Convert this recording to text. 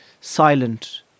silent